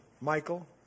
Michael